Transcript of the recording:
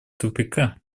тупика